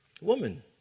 woman